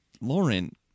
Lauren